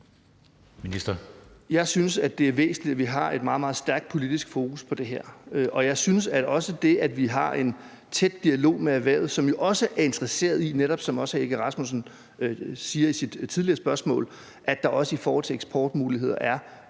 Jeg synes, det er væsentligt, at vi har et meget, meget stærkt politisk fokus på det her. Og jeg synes også, det er væsentligt, at vi har en tæt dialog med erhvervet, som jo også er interesseret i, netop som hr. Søren Egge Rasmussen sagde i sit tidligere spørgsmål, at der i forhold til eksportmuligheder er